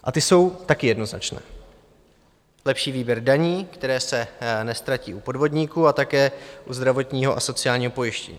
A ty jsou také jednoznačné: Lepší výběr daní, které se neztratí u podvodníků, a také u zdravotního a sociálního pojištění.